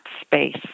space